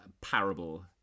parable